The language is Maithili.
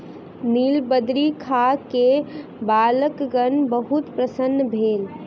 नीलबदरी खा के बालकगण बहुत प्रसन्न भेल